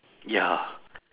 ya